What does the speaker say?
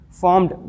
formed